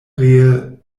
ree